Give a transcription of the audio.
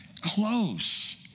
close